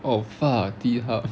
oh fuck T hub